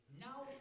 Now